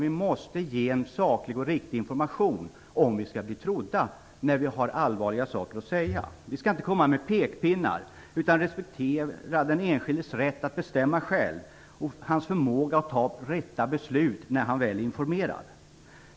Vi måste ge en saklig och riktig information om vi skall bli trodda när vi har allvarliga saker att säga. Vi skall inte komma med pekpinnar, utan respektera den enskildes rätt att bestämma själv, hans förmåga att fatta riktiga beslut när han väl är informerad.